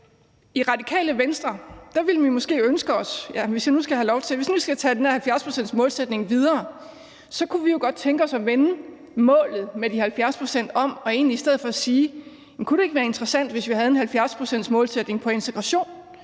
I Radikale Venstre kunne vi jo måske – hvis nu vi skal føre den her 70-procentsmålsætning videre – godt tænke os at vende målet med de 70 pct. om og egentlig i stedet for sige: Jamen kunne det ikke være interessant, hvis vi havde en 70-procentsmålsætning på integration,